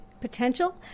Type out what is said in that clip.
potential